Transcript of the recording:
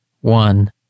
One